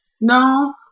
No